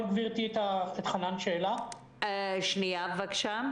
איזו אכזבה.